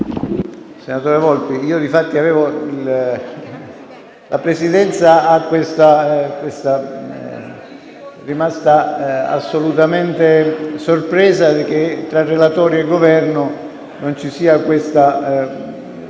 Senatore Volpi, la Presidenza è rimasta assolutamente sorpresa dal fatto che tra relatori e Governo non ci sia questa